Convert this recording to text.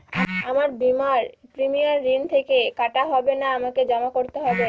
আমার বিমার প্রিমিয়াম ঋণ থেকে কাটা হবে না আমাকে জমা করতে হবে?